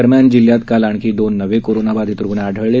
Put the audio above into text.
रम्यान जिल्ह्यात काल आणखी ोन नवे कोरोनाबाधित रुग्ण आ ळले